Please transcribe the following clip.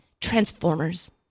Transformers